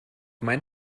mein